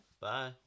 Bye